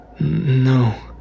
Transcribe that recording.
No